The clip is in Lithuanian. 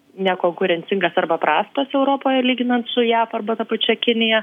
nekonkurencingas arba prastas europoje lyginant su jav arba ta pačia kinija